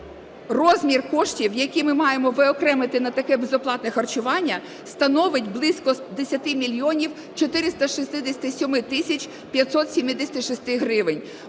розмір коштів, який ми маємо виокремити на таке безоплатне харчування, становить близько 10 мільйонів 467 тисяч 576 гривень.